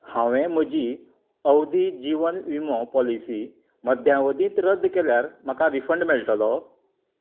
हांवें म्हजी अवधी जीवन विमो पॉलिसी मध्यावधींत रद्द केल्यार म्हाका रिफंड मेळटलो